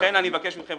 לכן אני מבקש מכם,